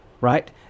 right